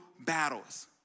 battles